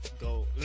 Go